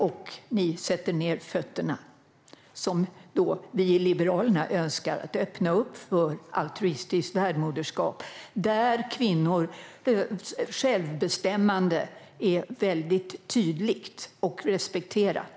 Ni kanske sätter ned fötterna och, som vi i Liberalerna önskar, öppnar för altruistiskt värdmoderskap där kvinnors självbestämmande är väldigt tydligt och respekterat.